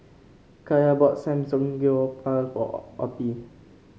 Kaya bought Samgeyopsal for Ottie